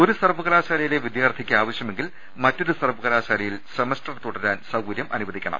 ഒരു സർവ്വകലാശാലയിലെ വിദ്യാർത്ഥിക്ക് ആവശ്യമെങ്കിൽ മറ്റൊരു സർവ്വകലാശാലയിൽ സെമസ്റ്റർ തുടരാൻ സൌകര്യം ഉണ്ടാ വണം